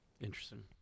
Interesting